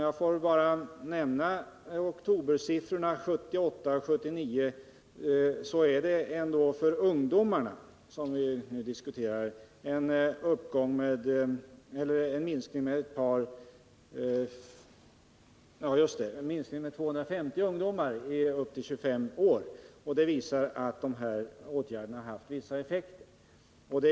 Låt mig bara nämna att oktobersiffrorna för 1978 och 1979 för ungdomarna — som vi nu diskuterar — visar en minskning av arbetslösheten med 250 ungdomar i åldrarna upp till 25 år. Det visar också att åtgärderna har haft vissa effekter.